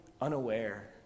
unaware